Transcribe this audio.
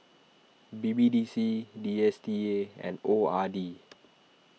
B B D C D S T A and O R D